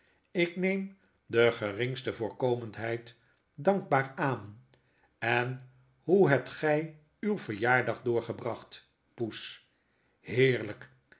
half brommend jkneemdegeringste voorkomendheid dankbaar aan en hoe hebt gy uw verjaardag doorgebracht poes heerlyk